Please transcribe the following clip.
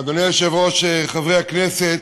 אדוני היושב-ראש, חברי הכנסת,